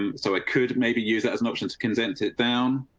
and so i could maybe use it as an option to consent it down.